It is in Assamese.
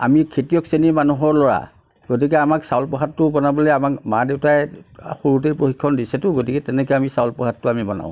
আমি খেতিয়ক শ্ৰেণীৰ মানুহৰ ল'ৰা গতিকে আমাক চাউল প্ৰসাদটো বনাবলৈ আমাক মা দেউতাই সৰুতেই প্ৰশিক্ষণ দিছেতো গতিকে তেনেকৈয়ে আমি চাউল প্ৰসাদটো আমি বনাওঁ